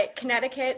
Connecticut